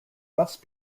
must